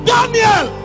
Daniel